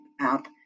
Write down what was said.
app